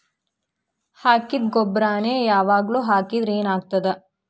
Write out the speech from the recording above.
ಹಾಕಿದ್ದ ಗೊಬ್ಬರಾನೆ ಯಾವಾಗ್ಲೂ ಹಾಕಿದ್ರ ಏನ್ ಆಗ್ತದ?